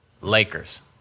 Lakers